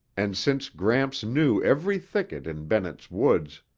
and since gramps knew every thicket in bennett's woods,